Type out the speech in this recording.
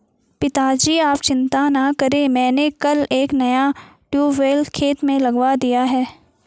पिताजी आप चिंता ना करें मैंने कल एक नया ट्यूबवेल खेत में लगवा दिया है